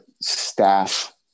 staff